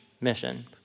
mission